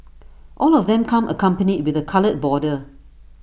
all of them come accompanied with A coloured border